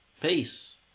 Peace